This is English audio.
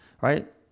right